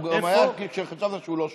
הוא היה גם כשחשבנו שהוא לא שם.